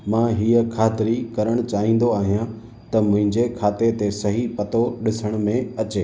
मां हीअ ख़ातिरी करणु चाहींदो आहियां त मुंहिंजे खाते ते सही पतो ॾिसण में अचे